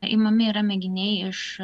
imami mėginiai iš